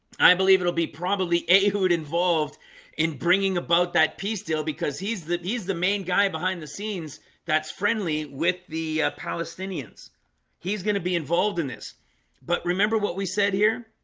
i believe it'll be probably ahood involved in bringing about that peace deal because he's the he's the main guy behind the scenes that's friendly with the palestinians he's going to be involved in this but remember what we said here